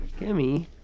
Kimmy